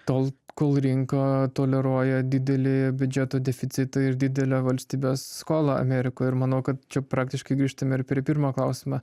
tol kol rinka toleruoja didelį biudžeto deficitą ir didelę valstybės skolą amerikoj ir manau kad čia praktiškai grįžtame ir prie pirmo klausimo